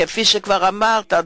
כפי שכבר אמרת,